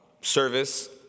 service